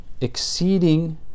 exceeding